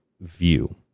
view